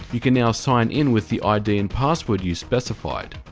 you can now sign in with the id and password you specified.